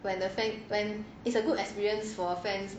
when the fact when it's a good experience for fans